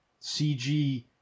CG